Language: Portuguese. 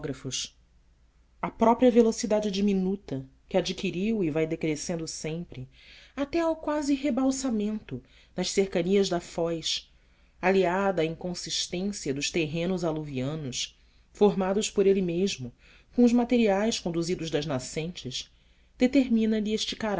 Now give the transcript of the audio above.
a própria velocidade diminuta que adquiriu e vai decrescendo sempre até ao quase rebalsamento nas cercanias da foz aliada à inconsistência dos terrenos aluvianos formados por ele mesmo com os materiais conduzidos das nascentes